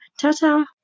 Ta-ta